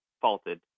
faulted